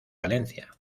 valencia